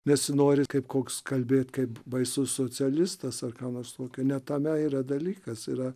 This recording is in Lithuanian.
nesinori kaip koks kalbėti kaip baisus socialistas ar ką nors tokio ne tame yra dalykas yra